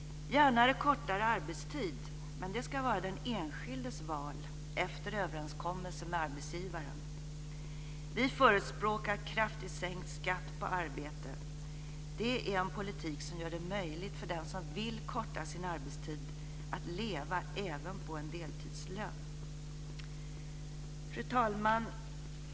Gärna kortare arbetstid, men det ska vara den enskildes val efter överenskommelse med arbetsgivaren! Vi förespråkar kraftigt sänkt skatt på arbete. Det är en politik som gör det möjligt för den som vill korta sin arbetstid att leva även på en deltidslön. Fru talman!